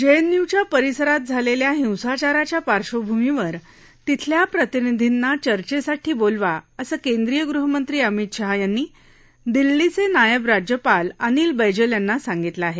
जेएनयूच्या परिसरात झालेल्या हिंसाचाराच्या पार्श्वभूमीवर तिथल्या प्रतिनिधींना चर्चेसाठी बोलवा असं केंद्रीय गृहमंत्री अमित शहा यांनी दिल्लीचे नायब राज्यपाल अनिल बैजल यांना सांगितलं आहे